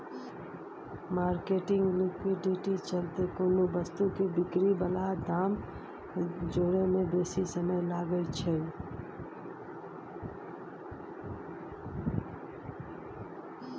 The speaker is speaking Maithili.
मार्केटिंग लिक्विडिटी चलते कोनो वस्तु के बिक्री बला दाम जोड़य में बेशी समय लागइ छइ